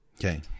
Okay